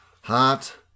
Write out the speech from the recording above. hot